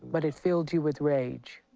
but it filled you with rage.